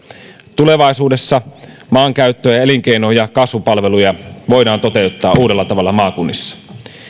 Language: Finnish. tulevaisuudessa maankäyttöä ja elinkeino ja kasvupalveluja voidaan toteuttaa uudella tavalla maakunnissa